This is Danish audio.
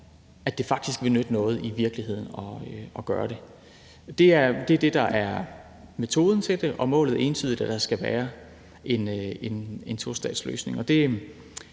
når det faktisk ville nytte noget i virkeligheden at gøre det. Det er det, der er metoden til det, og målet er entydigt, at der skal være en tostatsløsning.